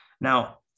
Now